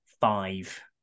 Five